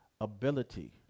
ability